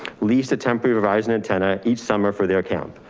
lease a temporary provides an antenna each summer for their account.